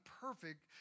perfect